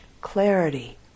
clarity